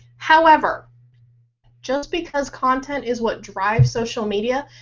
however just because content is what drives social media,